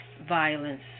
violence